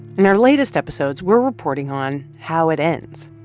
in our latest episodes, we're reporting on how it ends.